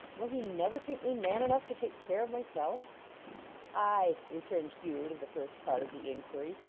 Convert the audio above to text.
will he never think me man enough to take care of myself aye! returned hugh to the first part of the inquiry.